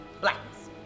blackness